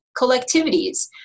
collectivities